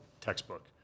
textbook